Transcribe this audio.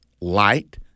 light